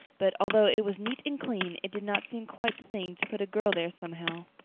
but, although it was neat and clean, it did not seem quite the thing to put a girl there somehow.